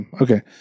Okay